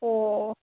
অঁ